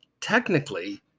technically